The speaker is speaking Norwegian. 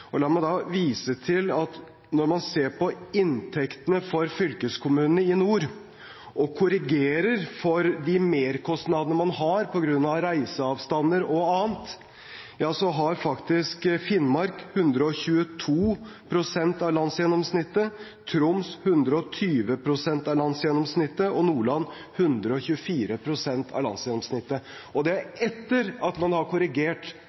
La meg da vise til at når man ser på inntektene for fylkeskommunene i nord og korrigerer for merkostnadene man har på grunn av reiseavstander og annet, har faktisk Finnmark 122 pst. av landsgjennomsnittet, Troms 120 pst. av landsgjennomsnittet og Nordland 124 pst. av landsgjennomsnittet. Det er etter at man har korrigert